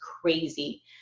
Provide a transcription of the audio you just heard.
crazy